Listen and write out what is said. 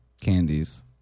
candies